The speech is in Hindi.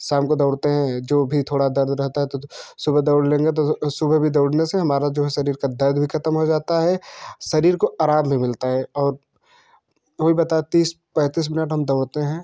शाम को दौड़ते हैं जो भी थोड़ा दर्द रहता है तो सुबह दौड़ लेंगे तो सुबह भी दौड़ने से हमारा जो शरीर का दर्द भी ख़त्म हो जाता है शरीर को आराम भी मिल जाता है और रोज़ तीस पैंतीस मिनट हम दौड़ते हैं